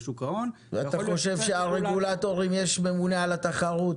לשוק ההון --- יש ממונה על התחרות,